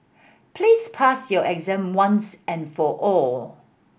please pass your exam once and for all